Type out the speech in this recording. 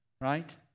right